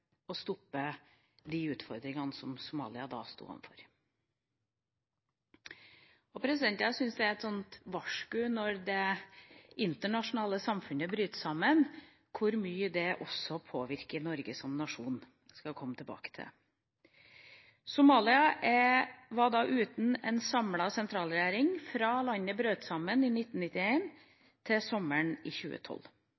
stoppe de utfordringene som Somalia da sto overfor. Jeg syns det er et varsku når det internasjonale samfunnet bryter sammen, med tanke på hvor mye det også påvirker Norge som nasjon – det skal jeg komme tilbake til. Somalia var uten en samlet sentralregjering fra landet brøt sammen i